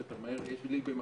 תודה, נינא.